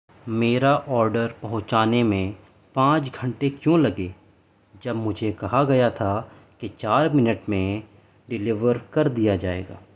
میرا آڈر پہنچانے میں پانچ گھنٹے کیوں لگے جب مجھے کہا گیا تھا کہ چار منٹ میں ڈیلیور کر دیا جائے گا